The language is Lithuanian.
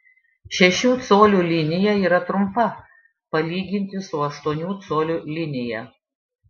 šešių colių linija yra trumpa palyginti su aštuonių colių linija